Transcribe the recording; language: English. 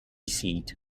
seat